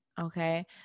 okay